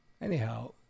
Anyhow